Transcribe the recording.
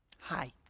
Hi